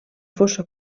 fossa